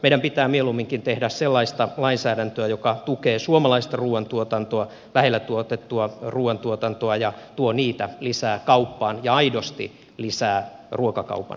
meidän pitää mieluumminkin tehdä sellaista lainsäädäntöä joka tukee suomalaista ruuantuotantoa lähellä tuotettua ruokaa ja tuo niitä lisää kauppaan ja aidosti lisää ruokakaupan kilpailua